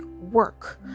work